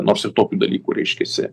nors ir tokių dalykų reiškiasi